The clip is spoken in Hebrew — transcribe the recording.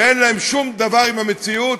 שאין להם שום דבר עם המציאות,